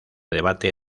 debate